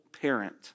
parent